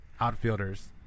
outfielders